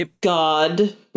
God